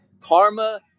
karma